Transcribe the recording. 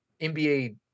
NBA